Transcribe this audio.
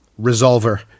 resolver